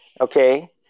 Okay